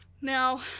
Now